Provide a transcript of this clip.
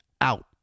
out